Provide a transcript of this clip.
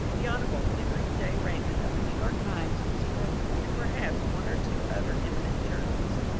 the hon. henry j. raymond of the new york times was present, and per haps one or two other eminent journalists.